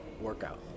workout